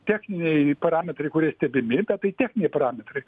techniniai parametrai kurie stebimi bet tai techniniai parametrai